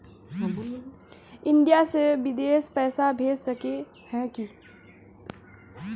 India से बिदेश पैसा भेज सके है की?